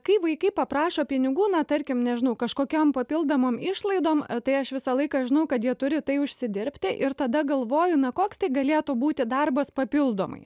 kai vaikai paprašo pinigų na tarkim nežinau kažkokiom papildomom išlaidom tai aš visą laiką žinau kad jie turi tai užsidirbti ir tada galvoju na koks tai galėtų būti darbas papildomai